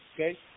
Okay